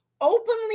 openly